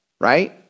right